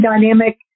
dynamic